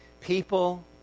People